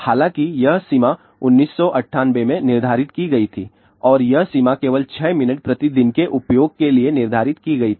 हालांकि यह सीमा 1998 में निर्धारित की गई थी और यह सीमा केवल 6 मिनट प्रति दिन के उपयोग के लिए निर्धारित की गई थी